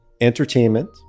entertainment